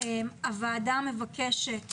הוועדה מבקשת